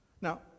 Now